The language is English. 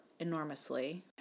enormously